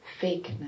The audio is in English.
fakeness